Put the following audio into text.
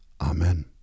Amen